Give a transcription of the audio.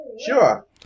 Sure